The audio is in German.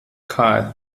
kahl